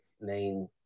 main